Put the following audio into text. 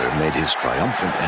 made his triumphant